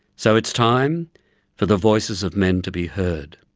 so, it's time for the voices of men to be heard.